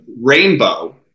Rainbow